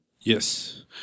Yes